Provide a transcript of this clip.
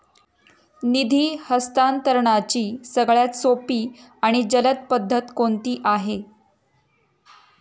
निधी हस्तांतरणाची सगळ्यात सोपी आणि जलद पद्धत कोणती आहे?